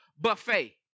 buffet